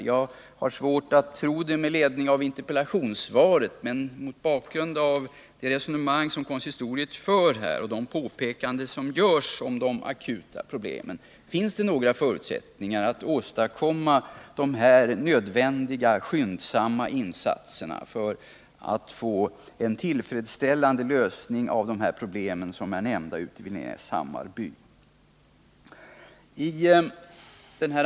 Jag har svårt att tro det med ledning av interpellationssvaret, men mot bakgrund av det resonemang som konsistoriet för, och de påpekanden som görs om de akuta problemen, vill jag ändå fråga: Finns det några förutsättningar att åstadkomma de här nödvändiga, skyndsamma insatserna för att få en tillfredsställande lösning av de problem vid Linnés Hammarby som är nämnda här?